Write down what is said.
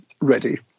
ready